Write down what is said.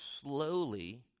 slowly